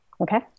Okay